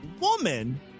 woman